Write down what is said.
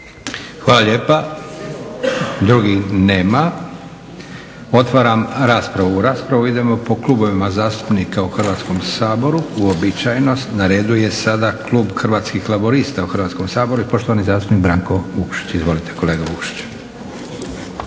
Hvala lijepa. Drugih nema. Otvaram raspravu. U raspravu idemo po klubovima zastupnika u Hrvatskom saboru uobičajeno. Na redu je sada klub Hrvatskih laburista u Hrvatskom saboru i poštovani zastupnik Branko Vukšić. Izvolite kolega Vukšić.